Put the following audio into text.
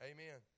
Amen